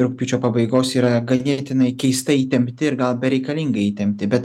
rugpjūčio pabaigos yra ganėtinai keistai įtempti ir gal bereikalingai įtempti bet